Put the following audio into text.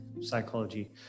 psychology